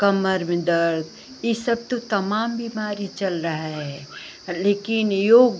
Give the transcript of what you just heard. कमर में दर्द यह सब तो तमाम बीमारी चल रही है लेकिन योग